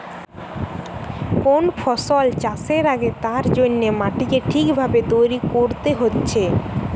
কোন ফসল চাষের আগে তার জন্যে মাটিকে ঠিক ভাবে তৈরী কোরতে হচ্ছে